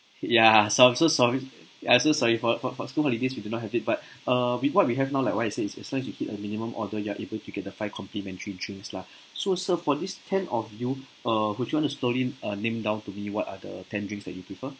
ya so I'm so sorry ah so sorry for for for school holidays we do not have it but uh we what we have now like what I said is as long as you hit a minimum order you're able to get the five complimentary drinks lah so sir for this ten of you uh would you want to slowly uh name down to me what are the ten drinks that you prefer